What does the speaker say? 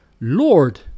Lord